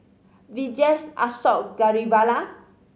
Vijesh Ashok Ghariwala